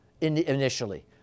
initially